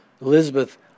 Elizabeth